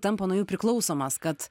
tampa nuo jų priklausomas kad